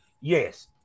Yes